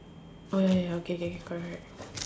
oh ya ya ya okay okay correct correct